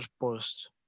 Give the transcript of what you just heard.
post